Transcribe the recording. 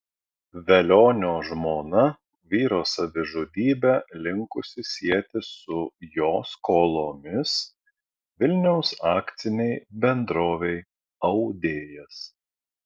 velionio žmona vyro savižudybę linkusi sieti su jo skolomis vilniaus akcinei bendrovei audėjas